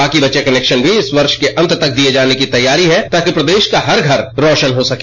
बाकी बचे कनेक्शन भी इस वर्ष के अंत तक दिये जाने की तैयारी है ताकि प्रदेश का हर घर राशन हो सके